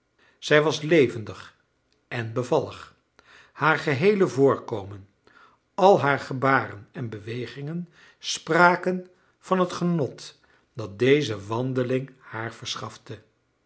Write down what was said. zij was levendig en bevallig haar geheele voorkomen al haar gebaren en bewegingen spraken van het genot dat deze wandeling haar verschafte